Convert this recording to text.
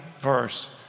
verse